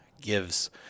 gives